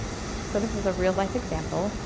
so this is a real life example.